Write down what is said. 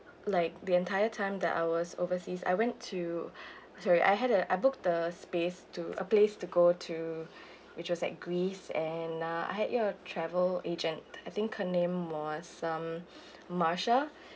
like the entire time that I was overseas I went to sorry I had a I book the space to a place to go to which was like greece and uh I had your travel agent I think her name was some marsha